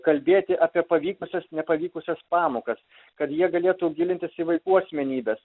kalbėti apie pavykusias nepavykusias pamokas kad jie galėtų gilintis į vaikų asmenybes